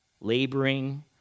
laboring